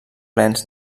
plens